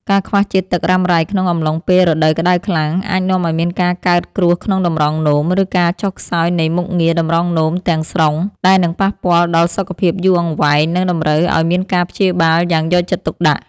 ការខ្វះជាតិទឹករ៉ាំរ៉ៃក្នុងអំឡុងពេលរដូវក្ដៅខ្លាំង អាចនាំឱ្យមានការកើតគ្រួសក្នុងតម្រងនោម ឬការចុះខ្សោយនៃមុខងារតម្រងនោមទាំងស្រុង ដែលនឹងប៉ះពាល់ដល់សុខភាពយូរអង្វែង និងតម្រូវឱ្យមានការព្យាបាលយ៉ាងយកចិត្តទុកដាក់។